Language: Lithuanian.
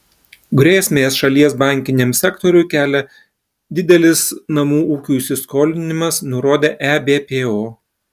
grėsmės šalies bankiniam sektoriui kelia didelis namų ūkių įsiskolinimas nurodė ebpo